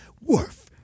Worf